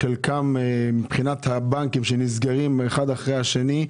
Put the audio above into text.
וסניפי הבנקים נסגרים האחד אחר השני.